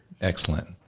Excellent